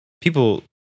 People